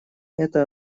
это